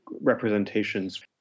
representations